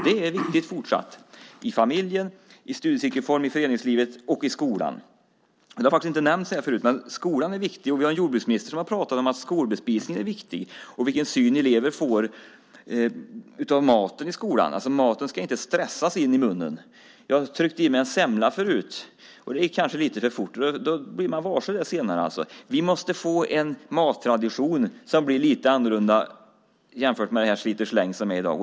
Det är viktigt att det fortsätter i familjen, i studiecirklar i föreningslivet och i skolan. Det har inte nämnts förut, men skolan är viktig. Vi har en jordbruksminister som har pratat om att skolbespisningen är viktig och vilken syn eleverna får på mat på grund av maten i skolan. Maten ska inte stressas in i munnen. Jag tryckte i mig en semla tidigare. Det gick kanske lite för fort, och man blir varse det senare. Vi måste få en annorlunda mattradition jämfört med dagens slit-och-släng.